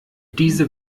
diese